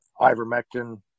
ivermectin